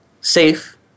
safe